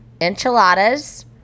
Enchiladas